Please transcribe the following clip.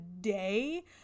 day